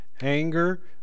anger